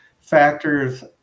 factors